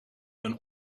een